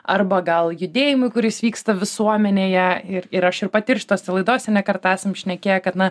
arba gal judėjimui kuris vyksta visuomenėje ir ir aš ir pati ir šitose laidose ne kartą esam šnekėję kad na